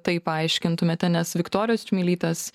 tai paaiškintumėte nes viktorijos čmilytės